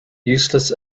useless